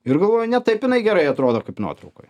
ir galvoju ne taip jinai gerai atrodo kaip nuotraukoj